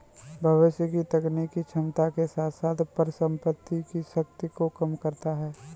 भविष्य की तकनीकी क्षमता के साथ साथ परिसंपत्ति की शक्ति को कम करता है